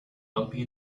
bumping